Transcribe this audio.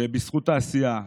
שבזכות העשייה שלקחת,